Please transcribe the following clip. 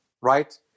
right